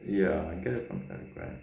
ya I get it from telegram